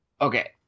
Okay